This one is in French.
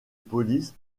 police